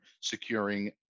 securing